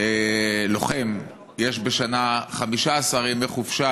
לוחם יש בשנה 15 ימים חופשה,